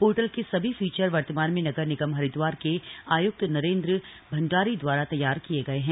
portal के सभी feature वर्तमान में नगर निगम हरिदवार के आयुक्त नरेंद्र भण्डारी दवारा तैयार किये गये हैं